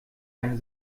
einen